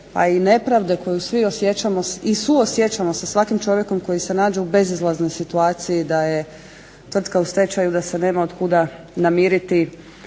a i nepravde koju svi osjećamo i suosjećamo sa svakim čovjekom koji se nađe u bezizlaznoj situaciji da je tvrtka u stečaju, da se nema od kuda namiriti